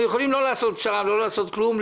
אנחנו יכולים לא לעשות פשרה, לא לעשות כלום.